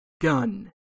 gun